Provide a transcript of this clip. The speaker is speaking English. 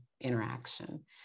interaction